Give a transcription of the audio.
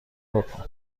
بـکـن